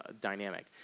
dynamic